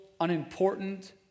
unimportant